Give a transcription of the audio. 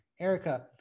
erica